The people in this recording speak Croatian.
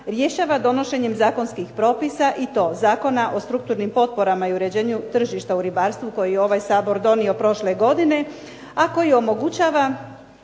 rješava donošenjem zakonskih propisa i to Zakona o strukturnim potporama i uređenju tržišta u ribarstvu koji je ovaj Sabor donio prošle godine, a koji omogućava